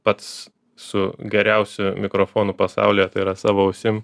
pats su geriausiu mikrofonu pasaulyje tai yra savo ausim